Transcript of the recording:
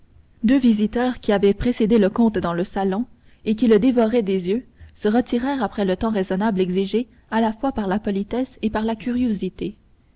deux visiteurs qui avaient précédé le comte dans le salon et qui le dévoraient des yeux se retirèrent après le temps raisonnable exigé à la fois par la politesse et par la curiosité